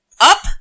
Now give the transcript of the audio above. up